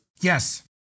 Yes